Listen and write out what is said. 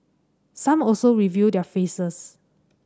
some also reveal their faces